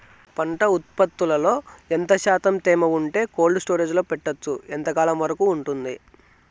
పంట ఉత్పత్తులలో ఎంత శాతం తేమ ఉంటే కోల్డ్ స్టోరేజ్ లో పెట్టొచ్చు? ఎంతకాలం వరకు ఉంటుంది